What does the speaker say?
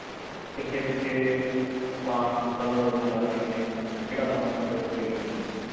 ਕਿੱਥੇ ਕਿੱਥੇ ਆਪਾਂ ਕਦੋਂ ਕਦੋਂ ਜਾ ਸਕਦੇ ਹਾਂ ਕਿਹੜਾ ਸਮਾਂ ਤੁਹਾਡੇ ਕੋਲ ਅਵੇਲੇਵਲ ਹੈ